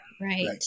right